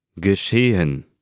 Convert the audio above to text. Geschehen